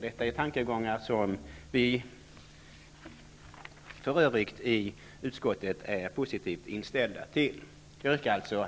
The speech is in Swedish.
Detta är tankegångar som vi för övrigt i utskottet är positivt inställda till. Herr talman!